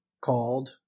called